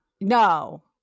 No